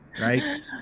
right